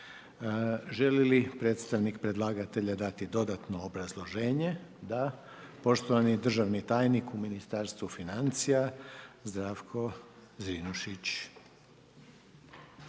Želi li predstavnik predlagatelja dati dodatno obrazloženje? Da. Poštovani državni tajnik u Ministarstvu financija Zdravko Zrinušić.